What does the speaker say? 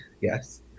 yes